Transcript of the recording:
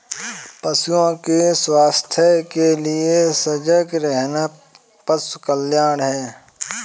पशुओं के स्वास्थ्य के लिए सजग रहना पशु कल्याण है